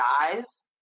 dies